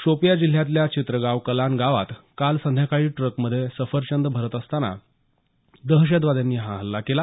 शोपियां जिल्ह्यातल्या चित्रगाव कलान गावात काल संध्याकाळी ट्रकमधे सफरचंद भरत असताना दहशतवाद्यांनी हा हल्ला केला